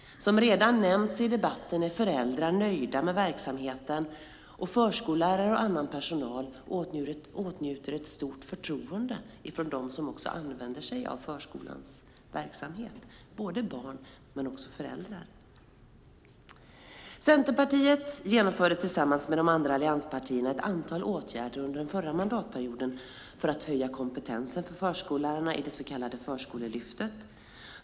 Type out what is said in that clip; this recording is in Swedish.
Som redan nämnts i debatten är föräldrar nöjda med verksamheten, och förskollärare och annan personal åtnjuter ett stort förtroende från dem som också använder sig av förskolans verksamhet, både barn och föräldrar. Centerpartiet genomförde tillsammans med de andra allianspartierna ett antal åtgärder under den förra mandatperioden för att höja kompetensen hos förskollärarna i det så kallade Förskolelyftet.